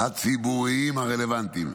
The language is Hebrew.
הציבוריים הרלוונטיים.